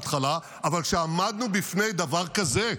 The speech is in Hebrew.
עכשיו --- כשיש להם עוד חודשיים.